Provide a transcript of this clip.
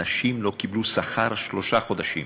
אנשים לא קיבלו שכר שלושה חודשים,